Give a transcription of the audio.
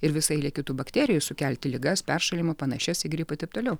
ir visa eilė kitų bakterijų sukelti ligas peršalimo panašias į gripą taip toliau